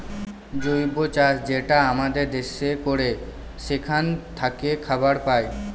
জৈব চাষ যেটা আমাদের দেশে করে সেখান থাকে খাবার পায়